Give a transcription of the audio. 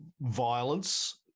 violence